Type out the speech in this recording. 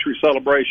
celebration